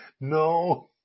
No